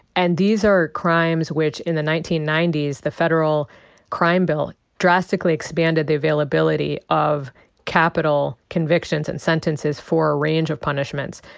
and these are crimes which in the nineteen ninety s the federal crime bill drastically expanded the availability of capital convictions and sentences for a range of punishments.